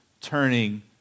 turning